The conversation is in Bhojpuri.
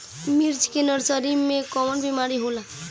मिर्च के नर्सरी मे कवन बीमारी होला?